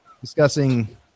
discussing